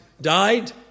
died